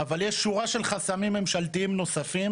אבל יש שורה של חסמים ממשלתיים נוספים